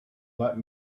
let